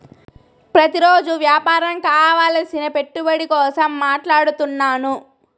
ప్రతిరోజు వ్యాపారం కావలసిన పెట్టుబడి కోసం మాట్లాడుతున్నాను